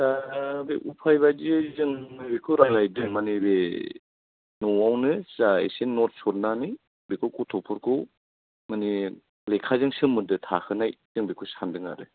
दा बे उफाइ बायदियै जों नैबेखौ रालायदों मानि बे न'आवनो जा एसे नटस हरनानै बेखौ गथ'फोरखौ माने लेखाजों सोमोन्दो थाहोनाय जों बेखौ सान्दों आरो